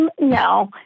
No